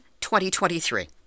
2023